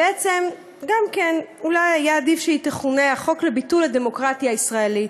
בעצם אולי היה עדיף שהיא תכונה החוק לביטול הדמוקרטיה הישראלית.